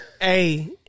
hey